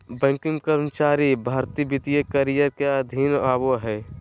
banking कर्मचारी भर्ती वित्तीय करियर के अधीन आबो हय